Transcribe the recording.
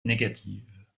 négatives